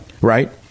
right